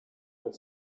the